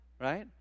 right